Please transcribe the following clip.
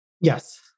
Yes